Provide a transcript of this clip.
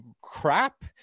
crap